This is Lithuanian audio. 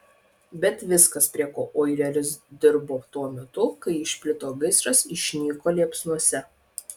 bet viskas prie ko oileris dirbo tuo metu kai išplito gaisras išnyko liepsnose